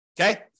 Okay